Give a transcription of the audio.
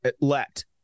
let